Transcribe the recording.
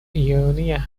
ionia